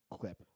clip